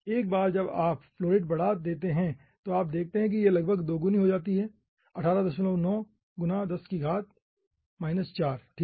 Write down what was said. एक बार जब आप फ्लो रेट बढ़ा देते हैं तो आप देखते हैं कि यह लगभग दोगुना हो जाती है 189×10 4 ठीक है